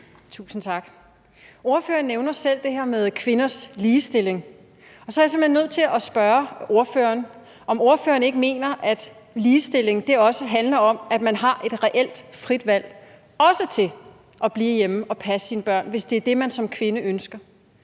Tusind tak. Ordføreren nævner selv det her med kvinders ligestilling, og så er jeg simpelt hen nødt til at spørge ordføreren, om ordføreren ikke mener, at ligestilling også handler om, at man har et reelt frit valg, også til at blive hjemme og passe sine børn, hvis det er det, man som kvinde ønsker.